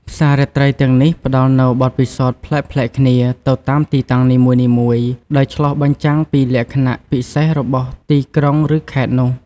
ផ្សាររាត្រីទាំងនេះផ្ដល់នូវបទពិសោធន៍ប្លែកៗគ្នាទៅតាមទីតាំងនីមួយៗ ដោយឆ្លុះបញ្ចាំងពីលក្ខណៈពិសេសរបស់ទីក្រុង ឬខេត្តនោះ។